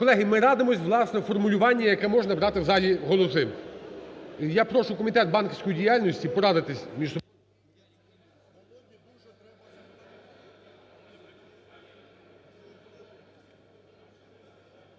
Колеги, ми радимось, власне, у формулюванні, яке може набрати в залі голоси. Я прошу Комітет банківської діяльності порадитись між собою.